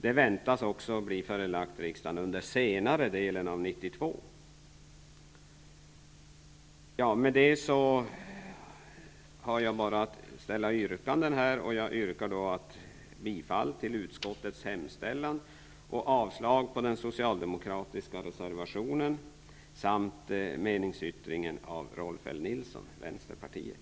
Förslaget väntas bli förelagt riksdagen under senare delen av 1992. Jag yrkar bifall till utskottets hemställan och avslag på den socialdemokratiska reservationen samt meningsyttringen av Rolf L Nilson, vänsterpartiet.